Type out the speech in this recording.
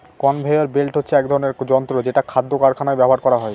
conveyor belt হচ্ছে এক ধরনের যন্ত্র যেটা খাদ্য কারখানায় ব্যবহার করা হয়